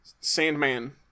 Sandman